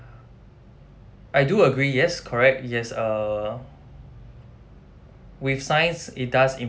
I do agree yes correct yes err with science it does